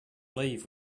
leave